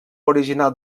original